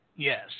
Yes